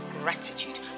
gratitude